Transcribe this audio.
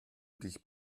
dich